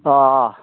अ